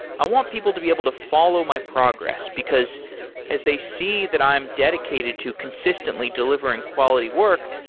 i want people to be able to follow my progress, because as they see that i'm dedicated to consistently delivering quality work,